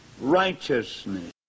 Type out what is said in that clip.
righteousness